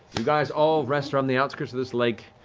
you guys all rest around the outskirts of this lake.